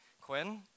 Quinn